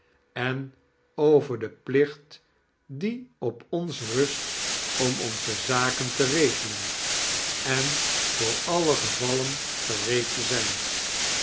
en over den plicht die op ons rust om onze zaken te regelen en voor alle gevallen gereed te zijn